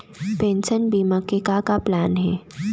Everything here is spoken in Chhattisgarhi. पेंशन बीमा के का का प्लान हे?